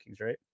right